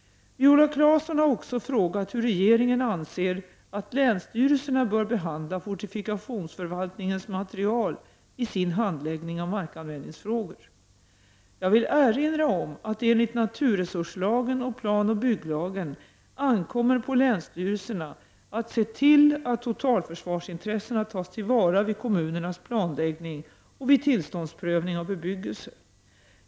Viola Claesson har också frågat hur regeringen anser att länsstyrelserna bör behandla fortifikationsförvaltningens material i sin handläggning av markanvändningsfrågor. Jag vill erinra om att det enligt naturresurslagen och planoch bygglagen ankommer på länsstyrelserna att se till att totalförsvarsintressena tas till vara vid kommunernas planläggning och vid tillståndsprövning av bebyggelse.